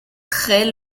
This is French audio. très